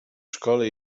szkole